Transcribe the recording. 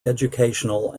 educational